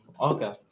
Okay